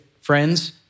friends